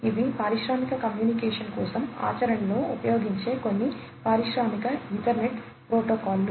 ఇవి పారిశ్రామిక కమ్యూనికేషన్ కోసం ఆచరణలో ఉపయోగించే కొన్ని పారిశ్రామిక ఈథర్నెట్ ప్రోటోకాల్లు